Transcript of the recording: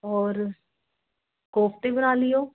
ਔਰ ਕੋਫਤੇ ਬਣਾ ਲਿਓ